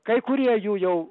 kai kurie jų jau